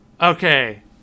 Okay